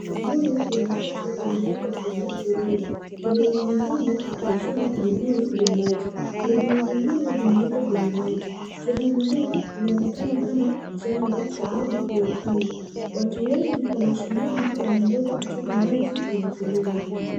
Vibuyu vya maji vimewekwa kwenye toroli. Toroli zingine hazina vibuyu vya maji. Vibuyu vingine vimewekwa kwenye maji. Sehemu hii inaonekana kama jangwa sababu ya ukame. Watu wengi wamesimama wanangoja kuchota maji kwenye foleni.